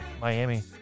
Miami